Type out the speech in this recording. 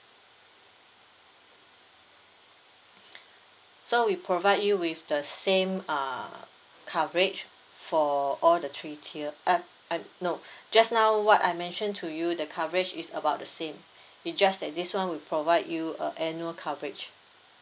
so we provide you with the same uh coverage for all the three tier uh uh no just now what I mentioned to you the coverage is about the same it just that this one will provide you a annual coverage